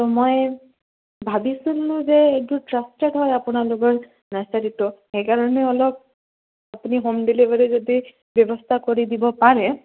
ত' মই ভাবিছিলো যে এইটো ট্ৰাষ্টেড হয় আপোনালোকৰ নাৰ্চাৰীটো সেইকাৰণে অলপ আপুনি হোম ডেলিভাৰীৰ যদি ব্যৱস্থা কৰি দিব পাৰে